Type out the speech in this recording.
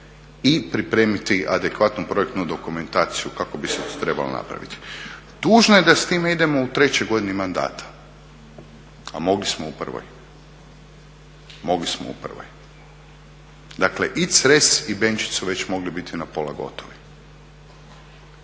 i pripremiti adekvatnu projektnu dokumentaciju kako bi se to trebalo napraviti. Tužno je da s time idemo u trećoj godini mandata, a mogli smo u prvoj. Dakle i Cres i Benčić su već mogli biti na pola gotovi.